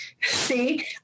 See